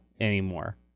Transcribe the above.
anymore